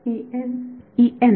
विद्यार्थी E n